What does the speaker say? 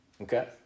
Okay